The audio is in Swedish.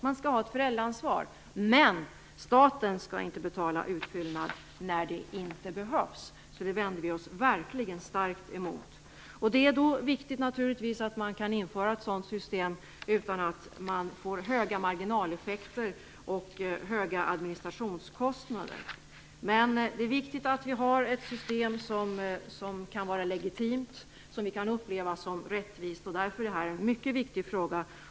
Man skall ha ett föräldraansvar. Men staten skall inte betala utfyllnad när det inte behövs. Det vänder vi oss verkligen starkt emot. Det är då naturligtvis viktigt att man kan införa ett sådant system utan att man får höga marginaleffekter och höga administrationskostnader, men det är också viktigt att vi har ett system som kan vara legitimt och som vi kan uppleva som rättvist. Därför är det här en mycket viktig fråga.